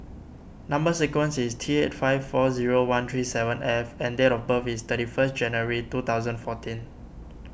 Number Sequence is T eight five four zero one three seven F and date of birth is thirty first January two thousand fourteen